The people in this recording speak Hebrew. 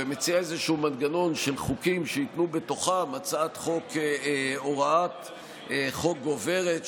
ומציעה איזשהו מנגנון של חוקים שייתנו בתוכם הוראת חוק גוברת,